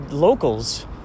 Locals